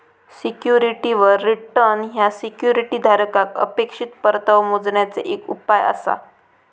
सिक्युरिटीवर रिटर्न ह्या सिक्युरिटी धारकाक अपेक्षित परतावो मोजण्याचे एक उपाय आसा